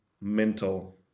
mental